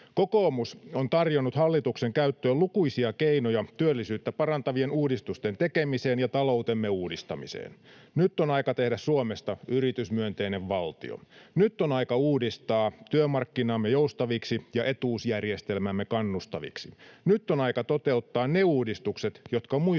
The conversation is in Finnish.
Kokoomus on tarjonnut hallituksen käyttöön lukuisia keinoja työllisyyttä parantavien uudistusten tekemiseen ja taloutemme uudistamiseen. [Pia Viitanen: Leikkauksia!] Nyt on aika tehdä Suomesta yritysmyönteinen valtio. Nyt on aika uudistaa työmarkkinamme joustaviksi ja etuusjärjestelmämme kannustaviksi. Nyt on aika toteuttaa ne uudistukset, jotka muissa